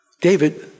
David